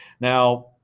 Now